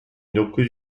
dokuz